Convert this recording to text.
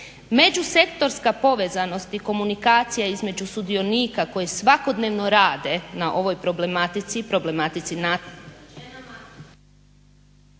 Međusektorska povezanost i komunikacija između sudionika koji svakodnevno rade na ovoj problematici …/Govornica isključena./…